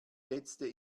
letzte